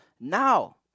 now